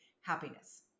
happiness